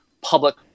public